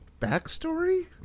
backstory